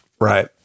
right